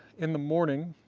in the morning,